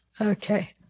Okay